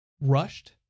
rushed